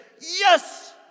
Yes